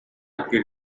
гэр